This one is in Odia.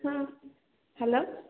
ହଁ ହ୍ୟାଲୋ